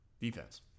defense